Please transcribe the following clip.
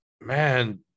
man